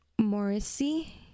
Morrissey